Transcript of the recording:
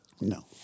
No